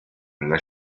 nella